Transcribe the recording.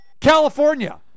California